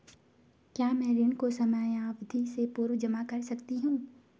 क्या मैं ऋण को समयावधि से पूर्व जमा कर सकती हूँ?